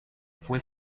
fue